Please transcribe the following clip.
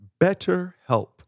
BetterHelp